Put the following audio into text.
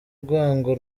rwango